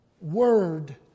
word